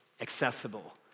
accessible